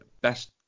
best